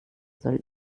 soll